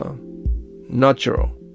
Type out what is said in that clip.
natural